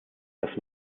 das